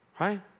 right